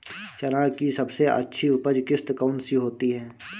चना की सबसे अच्छी उपज किश्त कौन सी होती है?